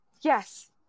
Yes